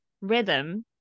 rhythm